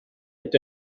est